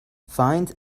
find